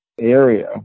area